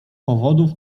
powodów